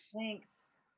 Thanks